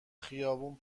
خیابون